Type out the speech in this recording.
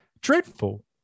dreadful